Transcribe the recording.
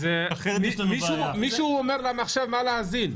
מישהו אומר למחשב מה להזין.